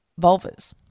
vulvas